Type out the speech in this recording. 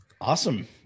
Awesome